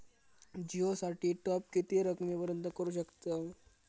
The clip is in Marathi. जिओ साठी टॉप किती रकमेपर्यंत करू शकतव?